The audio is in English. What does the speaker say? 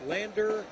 Lander